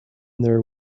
their